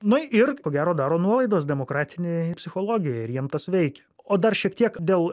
na ir ko gero daro nuolaidas demokratinei psichologijai ir jiems tai veikia o dar šiek tiek dėl